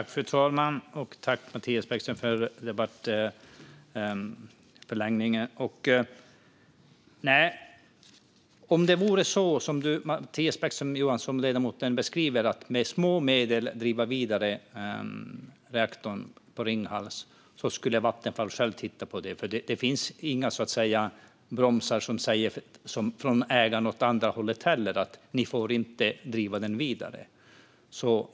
Fru talman! Tack, Mattias Bäckström Johansson, för debattförlängningen! Nej, om det skulle handla om att, som ledamoten Bäckström Johansson beskriver det, med små medel driva Ringhalsreaktorn vidare skulle Vattenfall själva titta på det. Det finns inga bromsar från ägaren åt andra hållet heller, att man inte skulle få driva den vidare.